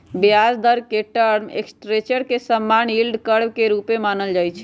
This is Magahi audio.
ब्याज दर के टर्म स्ट्रक्चर के समान्य यील्ड कर्व के रूपे जानल जाइ छै